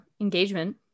engagement